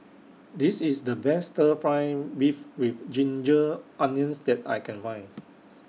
This IS The Best Stir Fry Beef with Ginger Onions that I Can Find